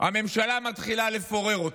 הממשלה מתחילה לפורר אותה,